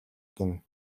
гэнэ